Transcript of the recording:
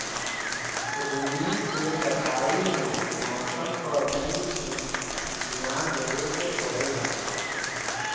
रुई के कटाई में मौसम क भी धियान देवे के पड़ेला